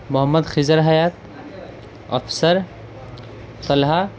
Muhammad Khizar Hayat Afsar Talha